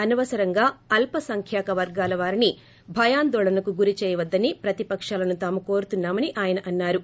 అనవసరంగా అల్ససంఖ్యాక వర్గాలవారిని భయాందోళనలకు గురి చేయవద్దని ప్రతిపకాలను తాము కోరుతున్నా మని ఆయన అన్నా రు